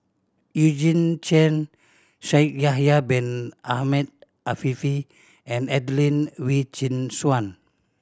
Eugene Chen Shaikh Yahya Bin Ahmed Afifi and Adelene Wee Chin Suan